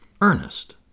Ernest